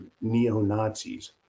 neo-Nazis